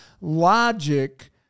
logic